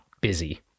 busy